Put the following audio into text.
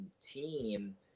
team